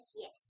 yes